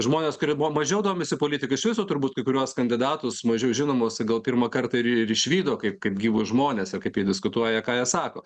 žmonės kurie buvo mažiau domisi politika iš viso turbūt kai kuriuos kandidatus mažiau žinomus gal pirmą kartą ir ir išvydo kaip kaip gyvus žmones ir kaip jie diskutuoja ką jie sako